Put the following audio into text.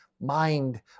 mind